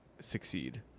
succeed